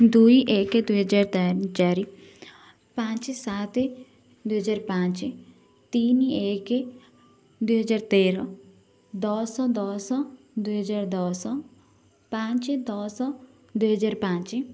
ଦୁଇ ଏକ ଦୁଇ ହଜାର ଚାରି ପାଞ୍ଚ ସାତ ଦୁଇ ହଜାର ପାଞ୍ଚ ତିନି ଏକ ଦୁଇ ହଜାର ତେର ଦଶ ଦଶ ଦୁଇ ହଜାର ଦଶ ପାଞ୍ଚ ଦଶ ଦୁଇ ହଜାର ପାଞ୍ଚ